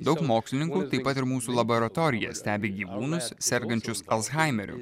daug mokslininkų taip pat ir mūsų laboratorija stebi gyvūnas sergančius alzhaimeriu